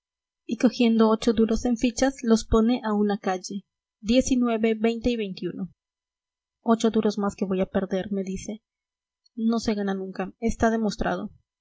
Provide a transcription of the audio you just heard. y cogiendo ocho duros en fichas los pone a una calle diez y nueve veinte y veintiuno ocho duros más que voy a perder me dice no se gana nunca está demostrado